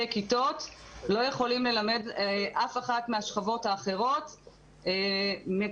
כיתות לא יכולים ללמד אף אחת מהשכבות האחרות מקרוב.